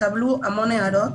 התקבלו המון הערות